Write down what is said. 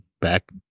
back